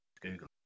Google